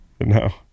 no